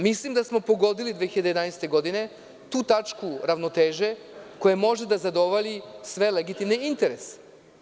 Mislim da smo pogodili 2011. godine tu tačku ravnoteže koja može da zadovolji sve legitimne interese.